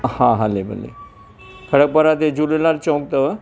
हा हले भले खड़कपुर ते झूलेलाल चौक अथव